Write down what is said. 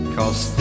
Cause